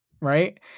Right